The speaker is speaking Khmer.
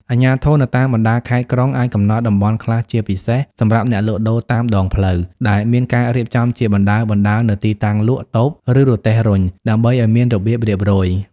អាជ្ញាធរនៅតាមបណ្តាខេត្ត ក្រុង អាចកំណត់តំបន់ខ្លះជាពិសេសសម្រាប់អ្នកលក់ដូរតាមដងផ្លូវ ដែលមានការរៀបចំជាបណ្តើរៗនូវទីតាំងលក់ តូប ឬរទេះរុញ ដើម្បីឱ្យមានរបៀបរៀបរយ ។